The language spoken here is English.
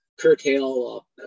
curtail